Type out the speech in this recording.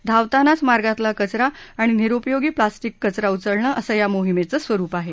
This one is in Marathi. धावतानाच मार्गातला कचरा आणि निरूपयोगी प्लॅस्टीकचा कचरा उचलणं असं या मोहिमेचं स्वरूप आहे